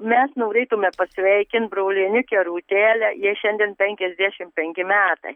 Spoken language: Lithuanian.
mes norėtume pasveikint brolienikę rūtelę jai šiandien penkiasdešim penki metai